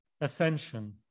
Ascension